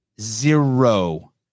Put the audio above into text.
Zero